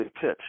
pitch